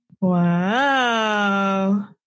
wow